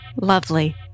Lovely